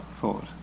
thought